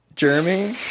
Jeremy